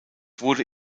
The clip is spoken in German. wurde